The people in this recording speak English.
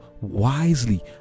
wisely